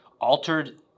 altered